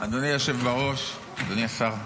אדוני היושב בראש, אדוני השר,